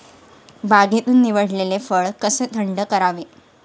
बागेतून निवडलेले फळ कसे थंड करावे?